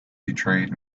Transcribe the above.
betrayed